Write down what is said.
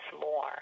more